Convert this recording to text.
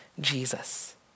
Jesus